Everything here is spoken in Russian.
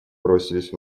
бросились